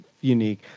unique